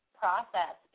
process